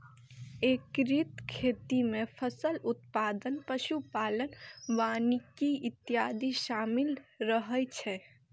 एकीकृत खेती मे फसल उत्पादन, पशु पालन, वानिकी इत्यादि शामिल रहै छै